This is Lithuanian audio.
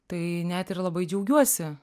tai net ir labai džiaugiuosi